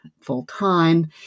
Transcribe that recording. full-time